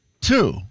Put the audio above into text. Two